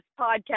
podcast